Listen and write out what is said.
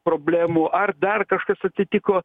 problemų ar dar kažkas atsitiko